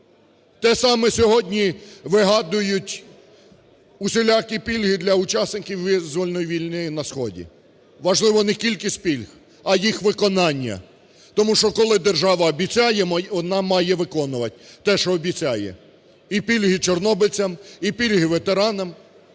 Те саме сьогодні. Вигадують усілякі пільги для учасників із зони війни на сході. Важливо не кількість пільг, а їх виконання, тому що коли держава обіцяє, вона має виконувати те, що обіцяє: і пільги чорнобильцям, і пільги ветеранам,